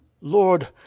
lord